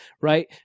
right